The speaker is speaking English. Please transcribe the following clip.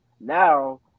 now